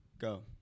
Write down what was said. go